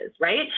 Right